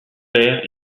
père